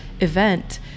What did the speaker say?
event